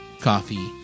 coffee